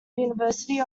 university